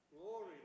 Glory